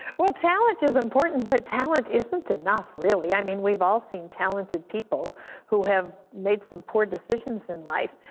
well, talent is important, but talent isn't enough, really. i mean we've all seen talented people who have made some poor decisions in life.